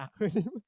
acronym